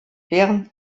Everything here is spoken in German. während